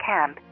Camp